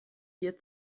ihr